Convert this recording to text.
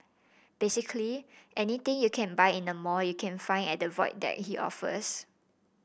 basically anything you can buy in a mall you can find at the Void Deck he offers